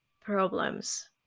problems